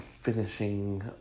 finishing